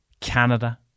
Canada